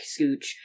Scooch